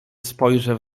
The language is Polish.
spojrzę